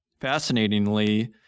fascinatingly